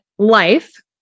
Life